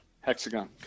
Hexagon